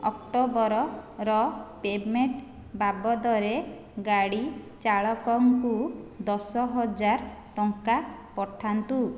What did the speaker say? ଅକ୍ଟୋବରର payment ବାବଦରେ ଗାଡ଼ି ଚାଳକଙ୍କୁ ଦଶ ହଜାର ଟଙ୍କା ପଠାନ୍ତୁ